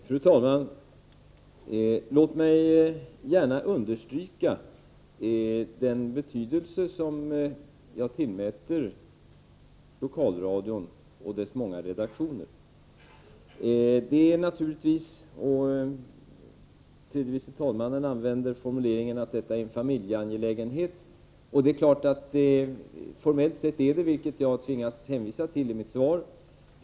Fru talman! Låt mig understryka den betydelse som jag tillmäter lokalradion och dess många redaktioner. Tredje vice talmannen Karl Erik Eriksson använde formuleringen att detta är en familjeangelägenhet. Det är klart att det formellt sett är så, vilket jag tvingats hänvisa till i mitt svar.